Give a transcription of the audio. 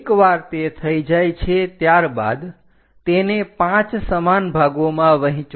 એકવાર તે થઈ જાય છે ત્યારબાદ તેને 5 સમાન ભાગોમાં વહેંચો